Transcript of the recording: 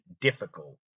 difficult